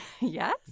Yes